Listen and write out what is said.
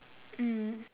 mm